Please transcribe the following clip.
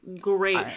great